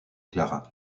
clara